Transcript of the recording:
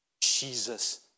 Jesus